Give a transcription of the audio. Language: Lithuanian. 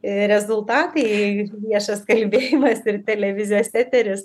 rezultatai viešas kalbėjimas ir televizijos eteris